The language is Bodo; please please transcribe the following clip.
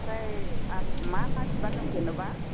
ओमफ्राय आरो मा मा बिबार दं जेनेबा